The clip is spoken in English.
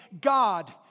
God